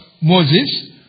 Moses